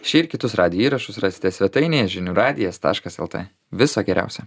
šį ir kitus radijo įrašus rasite svetainėje žinių radijas taškas lt viso geriausio